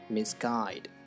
Misguide